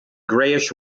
greyish